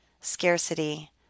scarcity